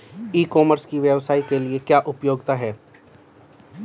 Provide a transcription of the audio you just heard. ई commerce की व्यवसाय के लिए क्या उपयोगिता है?